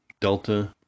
delta